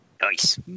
Nice